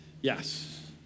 Yes